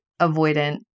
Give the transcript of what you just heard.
avoidant